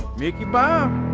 mickey bob?